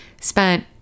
spent